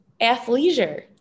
athleisure